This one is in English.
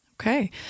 Okay